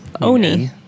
Oni